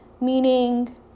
Meaning